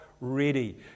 ready